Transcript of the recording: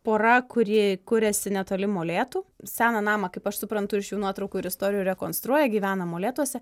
pora kuri kuriasi netoli molėtų seną namą kaip aš suprantu iš jų nuotraukų ir istorijų rekonstruoja gyvena molėtuose